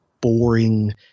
boring